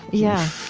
yeah